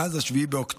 מאז 7 באוקטובר,